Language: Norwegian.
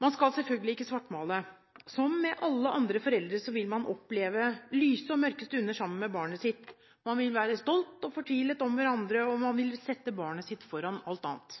Man skal selvfølgelig ikke svartmale. Som alle andre foreldre vil man oppleve lyse og mørke stunder sammen med barnet sitt. Man vil være stolt og fortvilet om hverandre, og man vil sette barnet sitt foran alt annet.